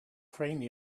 rheiny